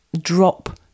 Drop